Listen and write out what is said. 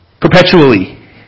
perpetually